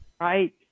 right